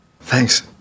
Thanks